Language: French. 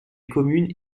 communes